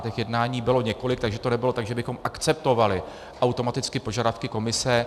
Těch jednání bylo několik, takže to nebylo tak, že bychom akceptovali automaticky požadavky Komise.